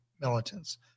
militants